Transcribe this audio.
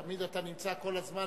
תמיד אתה נמצא כל הזמן,